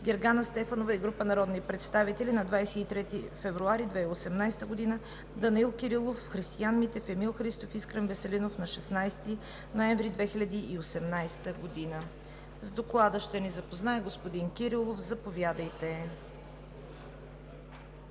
Гергана Стефанова и група народни представители, на 23 февруари 2018 г.; Данаил Кирилов, Христиан Митев, Емил Димитров и Искрен Веселинов, на 16 ноември 2018 г. С Доклада ще ни запознае господин Кирилов. Заповядайте.